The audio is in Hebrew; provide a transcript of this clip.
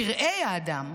פראי האדם,